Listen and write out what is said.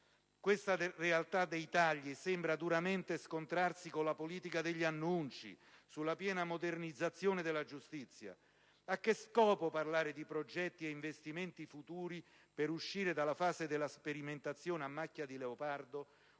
Questa realtà dei tagli sembra duramente scontrarsi con la politica degli annunci sulla piena modernizzazione della giustizia. A che scopo parlare di progetti ed investimenti futuri per uscire dalla fase della sperimentazione a macchia di leopardo